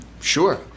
Sure